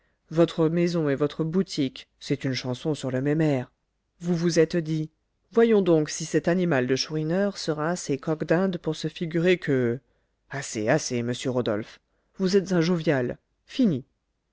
votre maison et votre boutique c'est une chanson sur le même air vous vous êtes dit voyons donc si cet animal de chourineur sera assez coq d'inde pour se figurer que assez assez monsieur rodolphe vous êtes un jovial fini